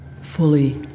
fully